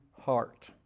heart